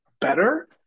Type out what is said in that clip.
better